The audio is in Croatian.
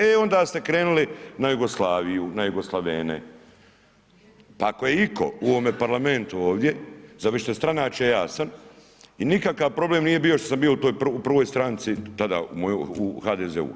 E onda ste krenuli na Jugoslaviju, na jugoslavene, pa ako je itko u ovome parlamentu, ovdje, za višestranačje, ja sam i nikakav problem nije bio što sam bio u toj prvoj stranci, tada u HDZ-u.